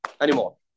anymore